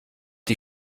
die